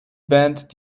band